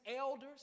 elders